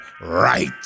right